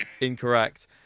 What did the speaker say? incorrect